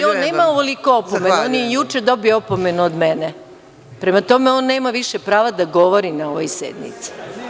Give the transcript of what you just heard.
Ali on nema ovoliko opomena, on je juče dobio opomenu od mene, prema tome on nema više prava da govori na ovoj sednici.